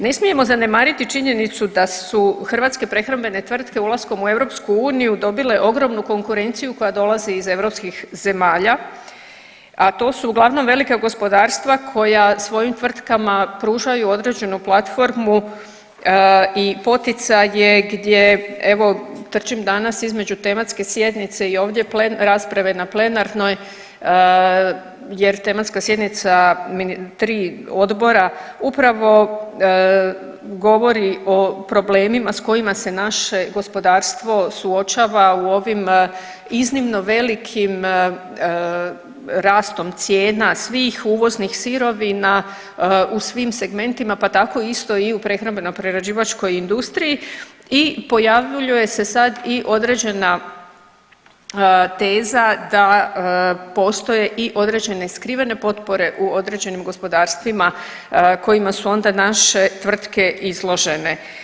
Ne smijemo zanemariti činjenicu da su hrvatske prehrambene tvrtke ulaskom u EU dobile ogromnu konkurenciju koja dolazi iz europski zemalja, a to su uglavnom velika gospodarstva koja svojim tvrtkama pružaju određenu platformu i poticaje gdje evo trčim danas između tematske sjednice i ovdje rasprave na plenarnoj jer tematska sjednica tri odbora upravo govori o problemima s kojima se naše gospodarstvo suočava u ovim iznimno velikim rastom cijena svih uvoznih sirovina u svim segmentima pa tako isto i u prehrambeno-prerađivačkoj industriji i pojavljuje se sad i određena teza da postoje i određene skrivene potpore u određenim gospodarstvima kojima su onda naše tvrtke izložene.